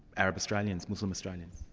arab australians, muslim australians?